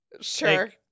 Sure